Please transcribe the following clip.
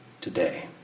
today